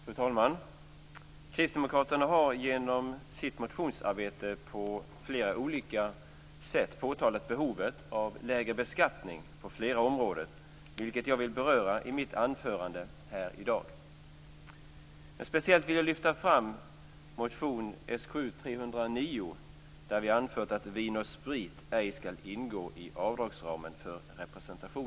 Fru talman! Kristdemokraterna har genom sitt motionsarbete på flera olika sätt påpekat behovet av lägre beskattning på flera områden, vilket jag vill beröra i mitt anförande i dag. Speciellt vill jag lyfta fram motion Sk309, där vi anfört att vin och sprit ej skall ingå i avdragsramen för representation.